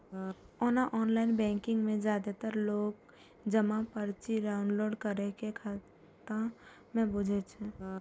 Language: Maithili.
ओना ऑनलाइन बैंकिंग मे जादेतर लोक जमा पर्ची डॉउनलोड करै के खगता नै बुझै छै